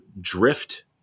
drift